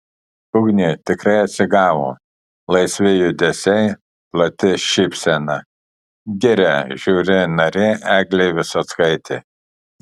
ugnė tikrai atsigavo laisvi judesiai plati šypsena giria žiuri narė eglė visockaitė